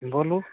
बोलू